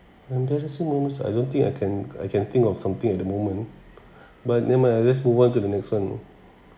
embarrassing moment I don't think I can I can think of something at the moment but never mind let's move on to the next one